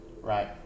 right